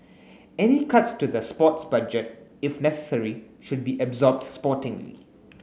any cuts to the sports budget if necessary should be absorbed sportingly